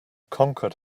conquered